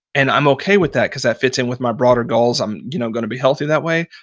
and i'm okay with that because that fits in with my broader goals. i'm you know going to be healthier that way.